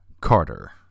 Carter